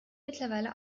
mittlerweile